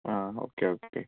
ആ okay okay